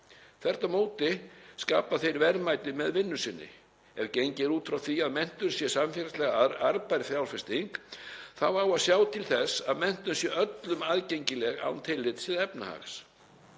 Þvert á móti skapa þeir verðmæti með vinnu sinni. Ef gengið er út frá því að menntun sé samfélagslega arðbær fjárfesting þá á að sjá til þess að menntun sé öllum aðgengileg án tillits til efnahags,